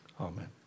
Amen